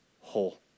whole